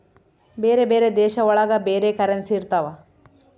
ಬೇರೆ ಬೇರೆ ದೇಶ ಒಳಗ ಬೇರೆ ಕರೆನ್ಸಿ ಇರ್ತವ